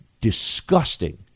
disgusting